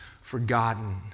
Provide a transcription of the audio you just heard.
forgotten